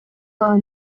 while